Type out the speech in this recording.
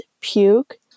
puke